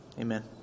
amen